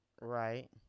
Right